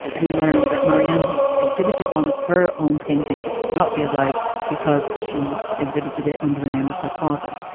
we learned that marianne has exhibited one of her own paintings, which would not be allowed because she exhibited it under the name of her father.